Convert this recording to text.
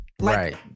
Right